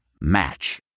Match